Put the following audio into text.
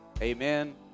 Amen